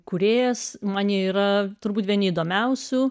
kūrėjas man yra turbūt vieni įdomiausių